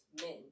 men